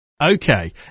okay